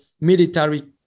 military